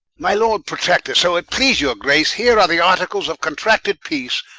my lord protector, so it please your grace, heere are the articles of contracted peace,